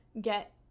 get